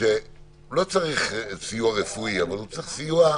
שלא צריך סיוע רפואי אבל הוא צריך סיוע,